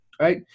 right